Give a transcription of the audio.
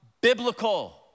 biblical